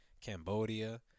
Cambodia